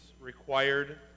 required